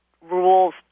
rules